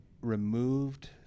removed